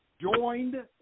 joined